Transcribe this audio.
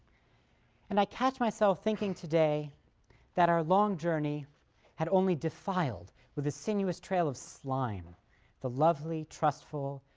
and i catch myself thinking today that our long journey had only defiled with a sinuous trail of slime the lovely, trustful,